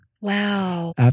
Wow